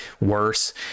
Worse